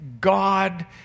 God